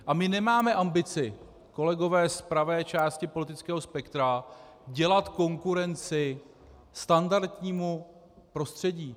A my nemáme ambici, kolegové z pravé části politického spektra, dělat konkurenci standardnímu tržnímu prostředí.